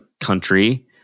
country